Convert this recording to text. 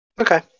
Okay